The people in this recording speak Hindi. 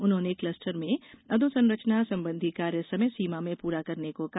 उन्होंने क्लस्टर में अधोसंरचना संबंधी कार्य समय सीमा में पूरे करने को कहा